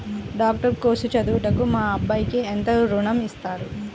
Doctor course చదువుటకు మా అబ్బాయికి ఎంత ఋణం ఇస్తారు?